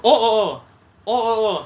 oh oh oh oh